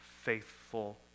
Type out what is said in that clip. faithful